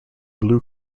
blue